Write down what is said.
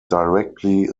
directly